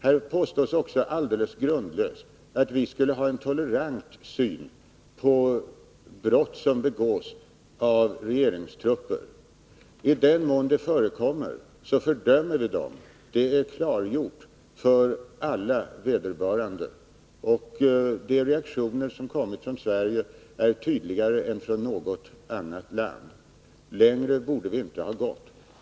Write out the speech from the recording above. Här påstås också alldeles grundlöst att vi skulle ha en tolerant syn på brott som begås av regeringstrupper. I den mån sådana brott förekommer, så fördömer vi dem. Det är klargjort för vederbörande. Och de reaktioner som kommit från Sverige är tydligare än reaktionerna från något annat land. Längre borde vi inte ha gått.